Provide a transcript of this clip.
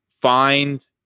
find